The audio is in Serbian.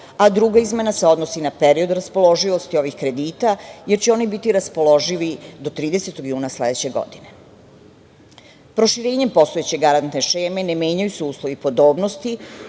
a druga izmena se odnosi na period raspoloživosti ovih kredita, jer će oni biti raspoloživi do 30 juna sledeće godine. Proširenjem postojeće garantne šeme ne menjaju se uslovi podobnosti,